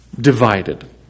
divided